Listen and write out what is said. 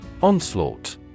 Onslaught